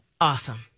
Awesome